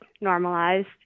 normalized